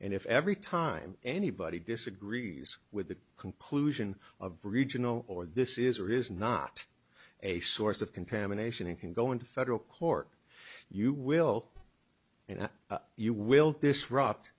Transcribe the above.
and if every time anybody disagrees with the conclusion of regional or this is or is not a source of contamination it can go into federal court you will and you will disrupt